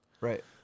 Right